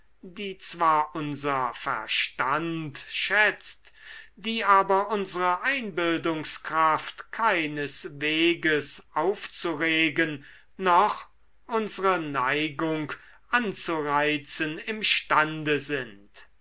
die zwar unser verstand schätzt die aber unsre einbildungskraft keinesweges aufzuregen noch unsre neigung anzureizen imstande sind